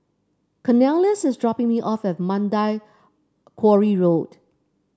Cornelious is dropping me off at Mandai Quarry Road